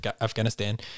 Afghanistan